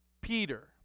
Peter